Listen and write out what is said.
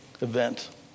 event